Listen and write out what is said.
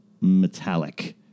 metallic